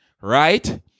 Right